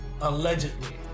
Allegedly